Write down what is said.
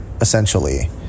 essentially